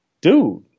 dude